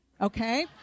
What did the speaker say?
Okay